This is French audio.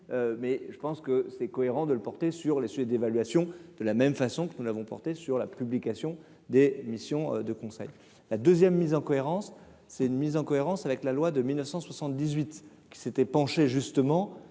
mais je pense que c'est cohérent de le porter sur les sujets d'évaluation de la même façon que nous n'avons porté sur la publication des missions de conseil la 2ème mise en cohérence, c'est une mise en cohérence avec la loi de 1978 qui s'était penchée justement